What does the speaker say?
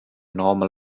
normal